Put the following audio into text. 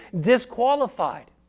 disqualified